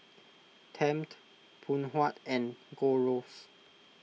Tempt Phoon Huat and Gold Roast